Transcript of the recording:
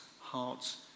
heart's